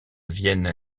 vienne